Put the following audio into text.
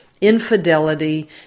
infidelity